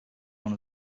one